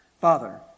Father